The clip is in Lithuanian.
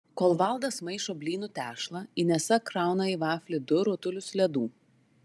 kol valdas maišo blynų tešlą inesa krauna į vaflį du rutulius ledų